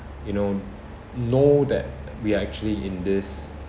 you know know that we are actually in this